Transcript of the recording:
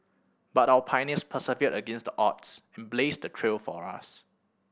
but our pioneers persevered against the odds and blazed the trail for us